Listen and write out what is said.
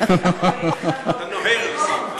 אתה נוהר לסיום.